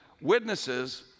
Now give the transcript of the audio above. Witnesses